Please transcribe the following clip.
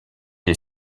est